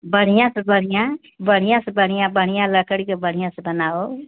बढ़ियाँ से बढ़ियाँ बढ़ियाँ से बढ़ियाँ बढ़ियाँ लकड़ी की बढ़ियाँ से बनाओ